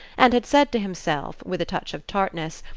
and had said to himself, with a touch of tartness,